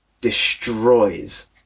destroys